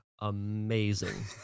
amazing